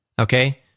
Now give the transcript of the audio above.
okay